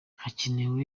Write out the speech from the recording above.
hakenewe